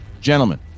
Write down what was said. gentlemen